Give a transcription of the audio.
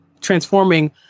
transforming